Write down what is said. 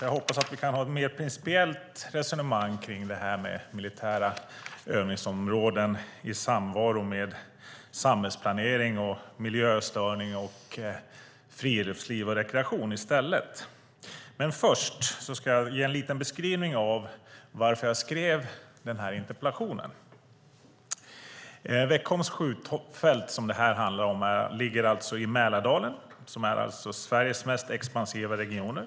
Jag hoppas att vi kan föra ett mer principiellt resonemang om detta med militära övningsområden i samvaro med samhällsplanering, miljöstörningar, friluftsliv och rekreation i stället. Men först ska jag ge en beskrivning av varför jag skrev den här interpellationen. Veckholms skjutfält, som det här handlar om, ligger alltså i Mälardalen som är en av Sveriges mest expansiva regioner.